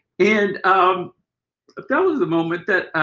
and um but that was the moment that